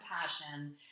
passion